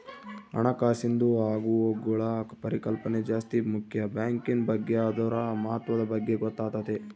ಹಣಕಾಸಿಂದು ಆಗುಹೋಗ್ಗುಳ ಪರಿಕಲ್ಪನೆ ಜಾಸ್ತಿ ಮುಕ್ಯ ಬ್ಯಾಂಕಿನ್ ಬಗ್ಗೆ ಅದುರ ಮಹತ್ವದ ಬಗ್ಗೆ ಗೊತ್ತಾತತೆ